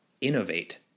innovate